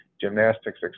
gymnastics